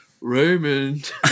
Raymond